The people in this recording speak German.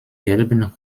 gelben